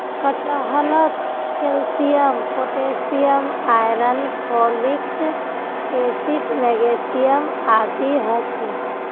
कटहलत calcium potassium iron folic acid magnesium आदि ह छे